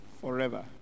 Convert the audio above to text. forever